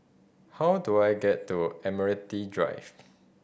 how do I get to Admiralty Drive